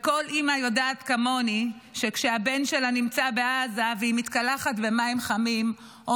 כל אימא יודעת כמוני שכשהבן שלה נמצא בעזה והיא מתקלחת במים חמים או